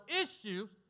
issues